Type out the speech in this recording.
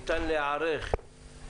ניתן להיערך.